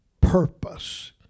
purpose